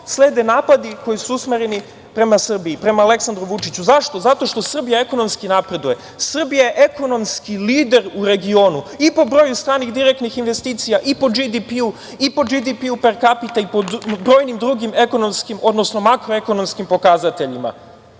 slede napadi koji su usmereni prema Srbiji, prema Aleksandru Vučiću. Zašto? Zato što Srbija ekonomski napreduje. Srbija je ekonomski lider u regionu i po broju stranih direktnih investicija i po GDP i po GDP per kapita i po brojnim drugim ekonomskim, odnosno makroekonomskim pokazateljima. Umesto